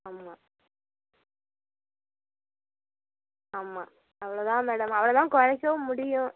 ஆமாம் அவ்ளோ தான் மேடம் அவ்ளோ தான் குறைக்கவும் முடியும்